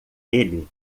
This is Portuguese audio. ele